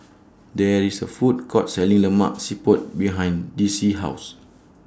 There IS A Food Court Selling Lemak Siput behind Dicie's House